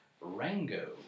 Rango